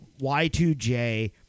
Y2J